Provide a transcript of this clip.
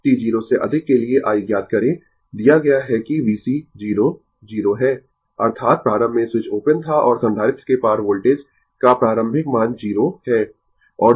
t 0 से अधिक के लिए i ज्ञात करें दिया गया है कि VC 0 0 है अर्थात प्रारंभ में स्विच ओपन था और संधारित्र के पार वोल्टेज का प्रारंभिक मान 0 है